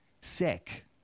sick